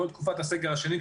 בכל תקופת הסגר השני,